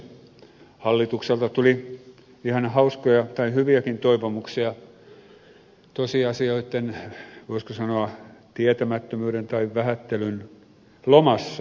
hallitukselta tuli ihan hyviäkin toivomuksia tosiasioitten voisiko sanoa tietämättömyyden tai vähättelyn lomassa